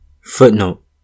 Footnote